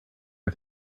are